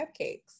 cupcakes